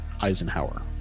Eisenhower